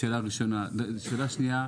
שאלה שנייה,